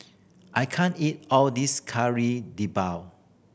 I can't eat all of this Kari Debal